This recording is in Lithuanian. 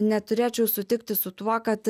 neturėčiau sutikti su tuo kad